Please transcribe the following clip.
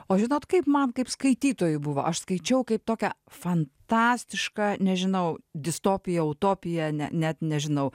o žinot kaip man kaip skaitytojui buvo aš skaičiau kaip tokią fantastišką nežinau distopiją utopiją ne net nežinau